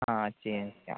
ആ ചെയ്യാം ചെയ്യാം